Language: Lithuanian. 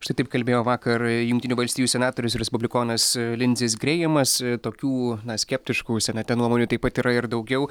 štai taip kalbėjo vakar jungtinių valstijų senatorius respublikonas linzis grėjamas tokių skeptiškų senate nuomonių taip pat yra ir daugiau